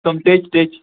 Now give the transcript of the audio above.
تِم ٹیٚچ ٹیچہِ